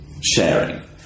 sharing